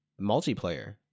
multiplayer